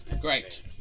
Great